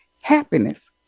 happiness